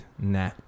nah